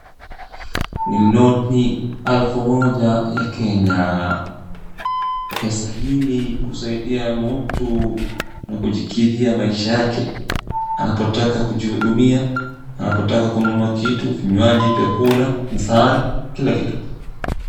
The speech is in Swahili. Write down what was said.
Ni noti elfu moja ya kenya pesa hii husaidia mtu na kujikidhia maisha yake anapotaka kujihudumia, anapotaka kununua kitu vinywaji vyakula na sare, kila kitu.